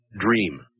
dream